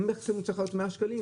המקסימום צריך להיות 100 שקלים,